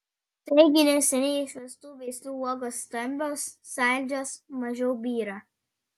taigi neseniai išvestų veislių uogos stambios saldžios mažiau byra